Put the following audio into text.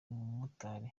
umumotari